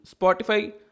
Spotify